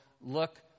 look